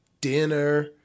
dinner